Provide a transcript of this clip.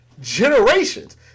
generations